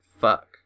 fuck